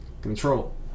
Control